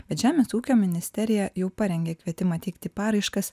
bet žemės ūkio ministerija jau parengė kvietimą teikti paraiškas